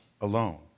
Alone